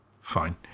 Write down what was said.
Fine